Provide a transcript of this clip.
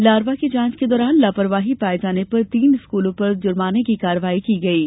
larva की जांच के दौरान लांपरवाही पाये जाने पर तीन स्कूलों पर जुर्माने की कार्यवाही की गई है